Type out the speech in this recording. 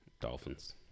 Dolphins